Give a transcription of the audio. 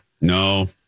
No